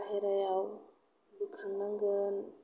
बाहेरायाव बोखांनांगोन